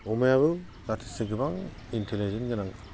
अमायाबो जाथोसे गोबां इन्टलिजेनगोनां